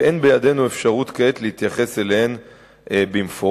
ואין בידנו אפשרות כעת להתייחס אליהן במפורט,